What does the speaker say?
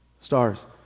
stars